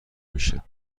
میشه